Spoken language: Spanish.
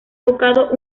tocado